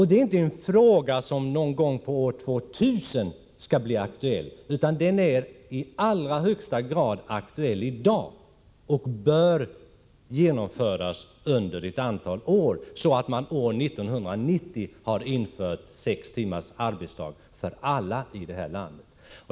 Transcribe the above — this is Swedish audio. Det är inte en fråga som någon gång år 2000 skall bli aktuell, utan den är i allra högsta grad aktuell i dag, och en arbetstidsförkortning bör genomföras under ett antal år, så att vi år 1990 har infört sex timmars arbetsdag för alla här i landet.